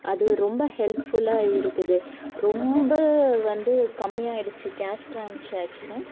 அது ரொம்ப ஹெல்ப்ஃபுல்லாக இருக்குது ரொம்ப வந்து கம்மியாயிடுச்சு கேஷ் ட்ரான்ஸாக்ஷன்